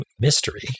mystery